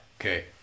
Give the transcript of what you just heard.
Okay